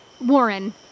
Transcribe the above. Warren